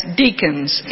deacons